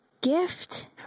gift